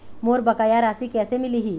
मोर बकाया राशि कैसे मिलही?